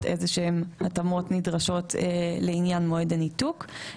איזשהם התאמות נדרשות לעניין מועד הניתוק.